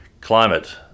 climate